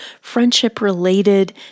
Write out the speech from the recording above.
friendship-related